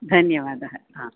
धन्यवादः हा